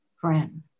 friend